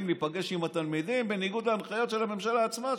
להיפגש עם התלמידים בניגוד להנחיות של הממשלה עצמה,